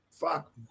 Fuck